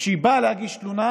כשהיא באה להגיש תלונה,